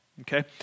Okay